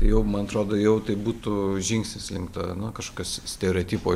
jau man atrodo jau tai būtų žingsnis link to nu kažkas stereotipo